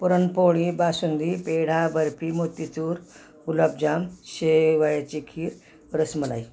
पुरणपोळी बासुंदी पेढा बर्फी मोतीचूर गुलाबजाम शेवयाची खीर रसमलाई